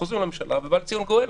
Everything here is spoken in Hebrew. חוזרים לממשלה ובא לציון גואל,